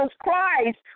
Christ